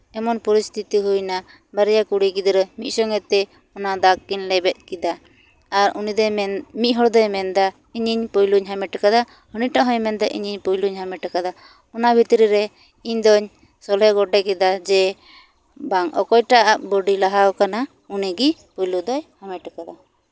ᱮᱢᱚᱱ ᱯᱚᱨᱤᱥᱛᱷᱤᱛᱤ ᱦᱩᱭᱱᱟ ᱵᱟᱨᱭᱟ ᱠᱩᱲᱤ ᱜᱤᱫᱽᱨᱟᱹ ᱢᱤᱫ ᱥᱚᱝᱜᱮ ᱛᱮ ᱚᱱᱟ ᱫᱟᱜᱽ ᱠᱤᱱ ᱞᱮᱵᱮᱫ ᱠᱮᱫᱟ ᱟᱨ ᱩᱱᱤ ᱫᱚᱭ ᱢᱮᱱᱫᱟ ᱢᱤᱫ ᱚᱲ ᱫᱚᱭ ᱢᱮᱱᱫᱟ ᱤᱧᱤᱧ ᱯᱳᱭᱞᱳᱧ ᱦᱟᱢᱮᱴ ᱠᱟᱫᱟ ᱩᱱᱤᱴᱟᱜ ᱦᱚᱭ ᱢᱮᱱᱫᱟ ᱤᱧ ᱯᱳᱭᱞᱳᱧ ᱦᱟᱢᱮᱴ ᱠᱟᱫᱟ ᱚᱱᱟ ᱵᱷᱤᱛᱨᱤ ᱨᱮ ᱤᱧ ᱫᱩᱧ ᱥᱚᱞᱦᱮ ᱜᱳᱴᱟ ᱠᱮᱫᱟ ᱡᱮ ᱵᱟᱝ ᱚᱠᱭᱴᱟᱜ ᱵᱚᱰᱤ ᱞᱟᱦᱟᱣ ᱠᱟᱱᱟ ᱩᱱᱤᱜᱮ ᱯᱳᱭᱞᱳ ᱫᱚᱭ ᱦᱟᱢᱮᱴ ᱠᱟᱫᱟ